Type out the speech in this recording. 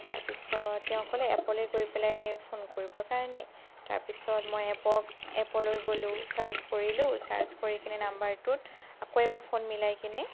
তাৰপিছত তেওঁ ক'লে এপলৈ গৈ পেলাই ফোন কৰিবৰ কাৰণে তাৰ পিছত মই এপ এপলৈ গ'লো চাৰ্ছ কৰিলোঁ চাৰ্ছ কৰিকেনে নাম্বাৰটোত আকৌ এবাৰ ফোন মিলাই কেনে